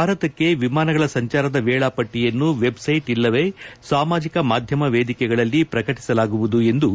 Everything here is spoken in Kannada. ಭಾರತಕ್ಕೆ ವಿಮಾನಗಳ ಸಂಚಾರದ ವೇಳಾಪಟ್ಟಿಯನ್ನು ವೆಬ್ಸೈಟ್ ಇಲ್ಲವೇ ಸಾಮಾಜಿಕ ಮಾಧ್ಯಮ ವೇದಿಕೆಗಳಲ್ಲಿ ಪ್ರಕಟಿಸಲಾಗುವುದು ಎಂದು